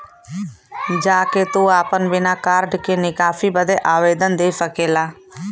जा के तू आपन बिना कार्ड के निकासी बदे आवेदन दे सकेला